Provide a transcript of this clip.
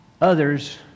others